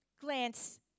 glance